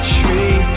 tree